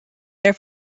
there